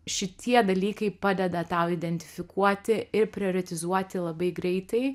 šitie dalykai padeda tau identifikuoti ir prioritizuoti labai greitai